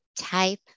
type